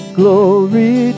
glory